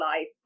life